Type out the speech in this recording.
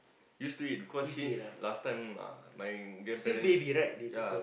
used to it cause since last time uh my grandparents ya